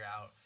out